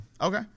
okay